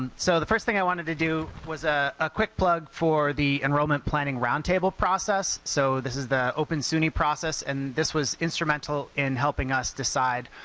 and so the first thing i wanted to do was a ah quick plug for the enrollment planning roundtable process. so this is the open suny process and this was instrumental in helping us decide